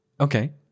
okay